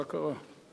מה קרה?